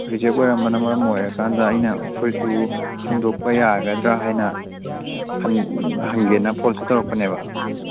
reject ꯑꯣꯏꯔꯝꯕꯅ ꯃꯔꯝ ꯑꯣꯏꯔꯀꯥꯟꯗ ꯑꯩꯅ ꯐꯨꯔꯤꯠꯇꯨ ꯍꯟꯗꯣꯛꯄ ꯌꯥꯒꯗ꯭ꯔꯥ ꯍꯥꯏꯅ ꯍꯪꯒꯦꯅ ꯐꯣꯟꯁꯦ ꯇꯧꯔꯛꯄꯅꯦꯕ